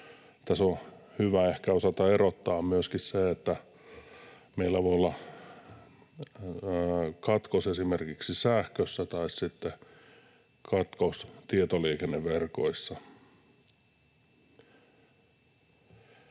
Tässä on hyvä ehkä osata erottaa myöskin se, että meillä voi olla katkos esimerkiksi sähkössä tai sitten katkos tietoliikenneverkoissa.